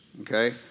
okay